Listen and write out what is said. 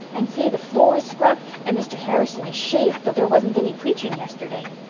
and say, the floor is scrubbed, and mr. harrison is shaved, though there wasn't any preaching yesterday.